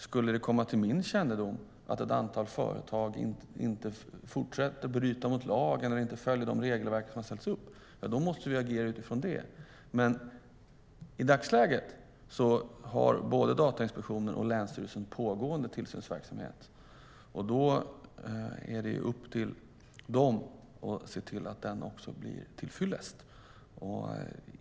Skulle det komma till min kännedom att ett antal företag fortsätter bryta mot lagen eller inte följer de regelverk som har satts upp är det dock klart att vi måste agera utifrån det, men i dagsläget har både Datainspektionen och länsstyrelsen pågående tillsynsverksamhet. Då är det upp till dem att se till att den också är till fyllest.